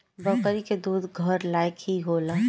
बकरी के दूध घर लायक ही होला